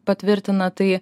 patvirtina tai